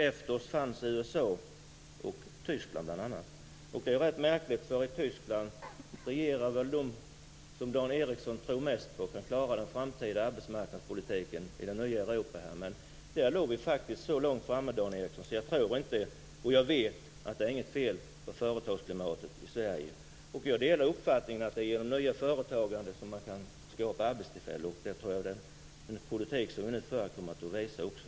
Efter oss fanns USA och Tyskland. Det är ganska märkligt för i Tyskland regerar ju de som Dan Ericsson tror mest på när det gäller att klara den framtida arbetsmarknadspolitiken i det nya Europa. Men vi låg faktiskt så långt framme, Dan Ericsson. Jag vet att det inte är något fel på företagsklimatet i Sverige. Jag delar uppfattningen att det är genom nya företag som man kan skapa arbetstillfällen. Jag tror att den politik som vi nu för kommer att visa det också.